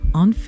on